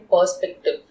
perspective